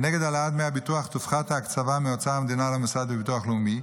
כנגד העלאת דמי הביטוח תופחת ההקצבה מאוצר המדינה למוסד לביטוח לאומי,